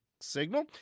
signal